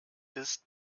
ist